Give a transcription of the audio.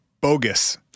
bogus